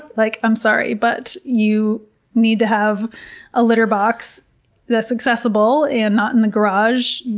like, i'm sorry, but, you need to have a litter box that's accessible and not in the garage,